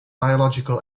biological